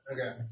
Okay